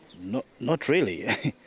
not, not really,